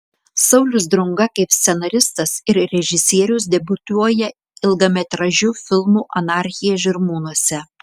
saulius drunga kaip scenaristas ir režisierius debiutuoja ilgametražiu filmu anarchija žirmūnuose